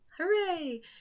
Hooray